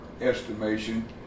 estimation